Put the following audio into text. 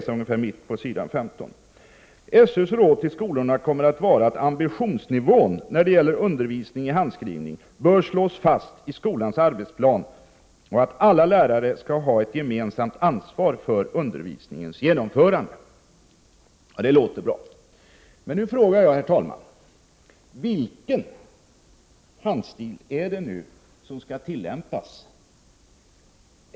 SÖ:s råd till skolorna kommer att vara att ambitionsnivån när det gäller undervisningen i handskrivning bör slås fast i skolans arbetsplan och att alla lärare skall ha ett gemensamt ansvar för undervisningens genomförande. Det där låter bra, men nu frågar jag, herr talman: Vilken handstil är det som skall tillämpas?